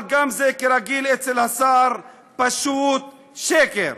אבל גם זה, כרגיל אצל השר, פשוט שקר.